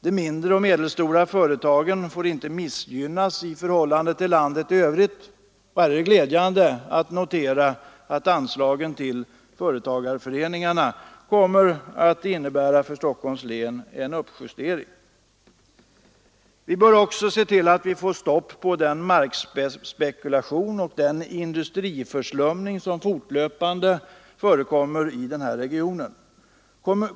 De mindre och medelstora företagen får inte missgynnas i förhållande+-till landet i övrigt. Det är glädjande att notera att anslagen till företagarföreningarna kommer att innebära en uppjustering för Stockholms län. Vi bör också se till att vi får stopp på den markspekulation och den industriförslumning som fortlöpande förekommer i den här regionen.